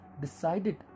decided